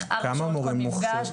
ארבע שעות כל מפגש --- כמה מורים הוכשרו?